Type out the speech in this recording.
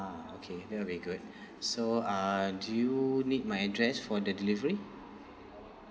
ah okay that will be good so uh do you need my address for the delivery